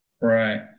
Right